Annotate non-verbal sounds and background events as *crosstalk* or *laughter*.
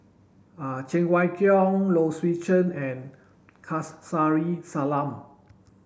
*hesitation* Cheng Wai Keung Low Swee Chen and *unintelligible* Salam